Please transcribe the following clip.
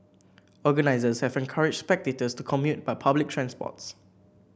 organisers have encouraged spectators to commute by public transports